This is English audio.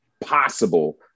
possible